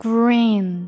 Green